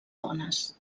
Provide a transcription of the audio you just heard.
dones